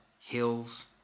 hills